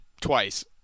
twice